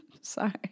sorry